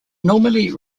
normally